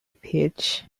pitch